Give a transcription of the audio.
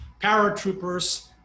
paratroopers